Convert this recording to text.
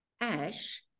Ash